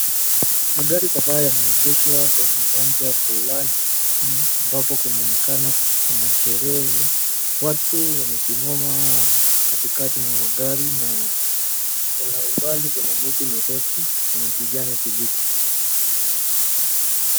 Magari kadhaa yameegeshwa kwenye uwanja fulani ambapo kunaonekana kuna sherehe. Watu wamesimama kati kati mwa gari na kwa umbali kuna miti mirefu yenye kijani kibichi.